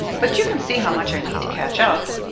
but you can see how much i need to catch up.